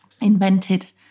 invented